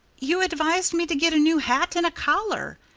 you advised me to get a new hat and a collar,